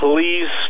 Please